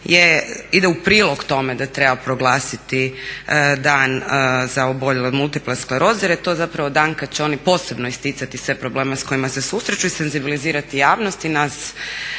ide u prilog tome da treba proglasiti dan za oboljele od multiple skleroze jer je to dan kada se će oni posebno isticati sve problem s kojima se susreću i senzibilizirati javnost i nas